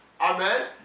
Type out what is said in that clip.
Amen